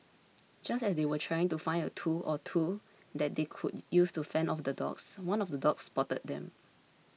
just as they were trying to find a tool or two that they could use to fend off the dogs one of the dogs spotted them